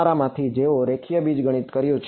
તમારામાંથી જેઓએ રેખીય બીજગણિત કર્યું છે